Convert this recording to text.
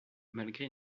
malgré